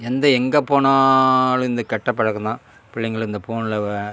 எந்த எங்கே போனாலும் இந்த கெட்ட பழக்கம் தான் பிள்ளைங்கள் இந்த ஃபோனில்